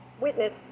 witness